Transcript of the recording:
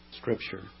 scripture